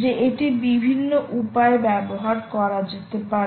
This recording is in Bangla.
যে এটি বিভিন্ন উপায়ে ব্যবহার করা যেতে পারে